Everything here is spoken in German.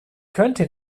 könnte